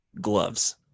gloves